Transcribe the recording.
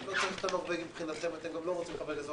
לא צריך את החוק הנורווגי מבחינתכם ואתם גם לא רוצים עוד חבר כנסת.